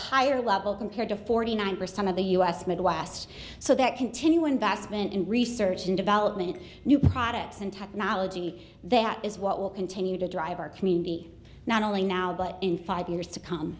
higher level compared to forty nine percent of the u s midwest so that continue investment in research and development new products and technology that is what will continue to drive our community not only now but in five years to come